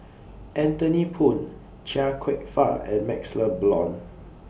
Anthony Poon Chia Kwek Fah and MaxLe Blond